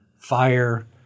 fire